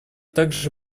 также